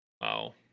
Wow